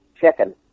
chicken